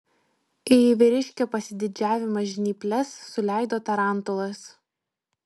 į vyriškio pasididžiavimą žnyples suleido tarantulas